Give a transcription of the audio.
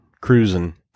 cruising